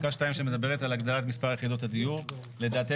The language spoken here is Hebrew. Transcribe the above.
שמדברת על הגדלת מספר יחידות הדיור - לדעתנו,